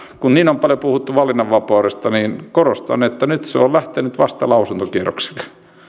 kun niin paljon on puhuttu valinnanvapaudesta korostan että nyt se on lähtenyt vasta lausuntokierrokselle